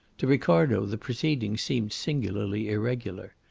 to ricardo the proceedings seemed singularly irregular.